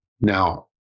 now